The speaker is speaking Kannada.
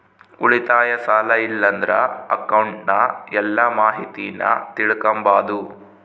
ಉಳಿತಾಯ, ಸಾಲ ಇಲ್ಲಂದ್ರ ಅಕೌಂಟ್ನ ಎಲ್ಲ ಮಾಹಿತೀನ ತಿಳಿಕಂಬಾದು